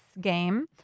game